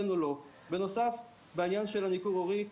בנוסף בעניין הניכור ההורי,